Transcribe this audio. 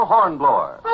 Hornblower